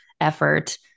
effort